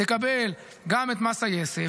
תקבל גם את מס היסף,